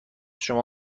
شما